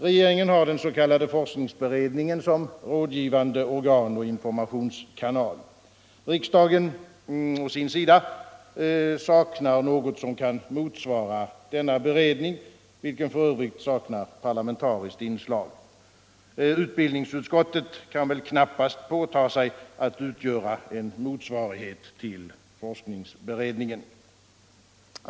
Regeringen har den s.k. forskningsberedningen som rådgivande organ och informationskanal. Riksdagen å sin sida saknar något som kan motsvara denna beredning, vilken för övrigt saknar parlamentariskt inslag. Utbildningsutskottet kan väl knappast åta sig att utgöra en motsvarighet till forskningsberedningen.